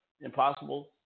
Impossible